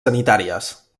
sanitàries